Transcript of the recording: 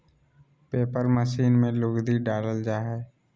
paper machine में लुगदी डालल जा हय